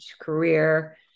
career